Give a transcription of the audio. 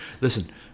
Listen